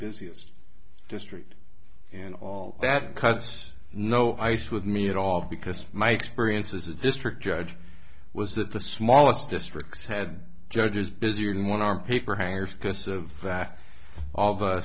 busiest district and all that cuts no ice with me at all because my experience as a district judge was that the smallest district had judges busier than when our paper hanger's because of that all